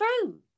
true